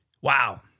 Wow